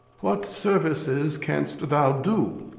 what services canst thou do?